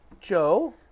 Joe